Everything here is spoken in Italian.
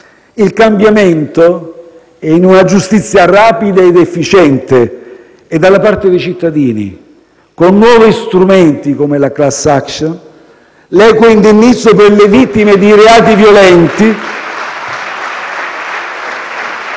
Il cambiamento è in una giustizia rapida ed efficiente e dalla parte dei cittadini, con nuovi strumenti come la *class action*, l'equo indennizzo per le vittime di reati violenti